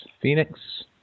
Phoenix